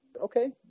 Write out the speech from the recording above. okay